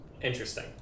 interesting